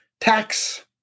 tax